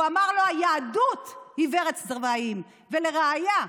הוא אמר: היהדות עיוורת צבעים, ולראיה,